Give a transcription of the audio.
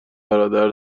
برادر